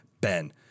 Ben